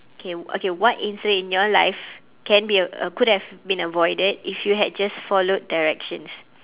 K okay what incident in your life can be a~ could have been avoided if you had just followed directions